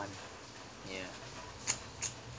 ya